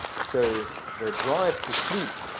so the drive to sleep,